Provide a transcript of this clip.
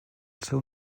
seu